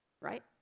right